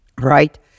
Right